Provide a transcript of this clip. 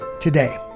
Today